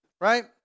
right